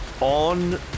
On